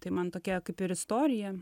tai man tokia kaip ir istorija